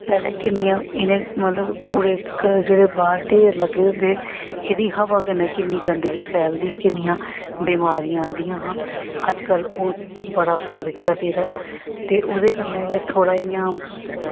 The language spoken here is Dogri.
पैह्लें किन्नियां इनें मतलब कूड़े जेह्ड़े बाह्र ढेर लग्गे दे होंदे हे एह्दी हवा कन्नै किन्नी गंदगी फैलदी ही किन्नियां बमारियां आंदियां हियां अज्जकल ओह् बड़ा फर्क ऐ पेदा ते ओह्दे कन्नै गै थोह्ड़ा इ'यां